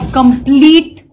complete